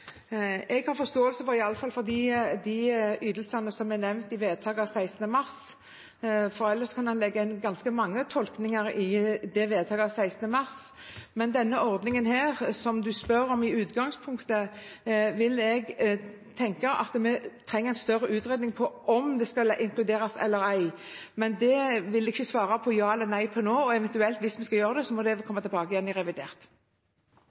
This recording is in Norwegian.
Jeg har iallfall forståelse for de ytelsene som er nevnt i vedtaket av 16. mars, for ellers kan man legge ganske mange tolkninger inn i det vedtaket. Men når det gjelder den ordningen som representanten i utgangspunktet spør om, vil jeg tenke at vi trenger en større utredning av om den skal inkluderes eller ei. Det vil jeg ikke svare ja eller nei på nå, og hvis vi eventuelt skal gjøre det, må vi komme tilbake til det i revidert.